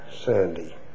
Sandy